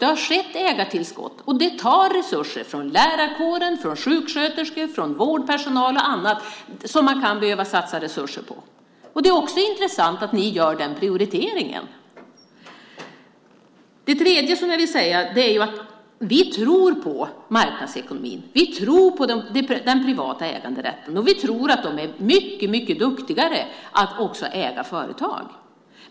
Det har skett ägartillskott, och det tar resurser från lärarkåren, från sjuksköterskor, från vårdpersonal och annat som man kan behöva satsa resurser på. Det är också intressant att ni gör den prioriteringen. Det tredje jag vill säga är att vi tror på marknadsekonomin, och vi tror på den privata äganderätten. Vi tror att de privata är mycket duktigare på att också äga företag.